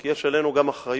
כי יש עלינו גם אחריות.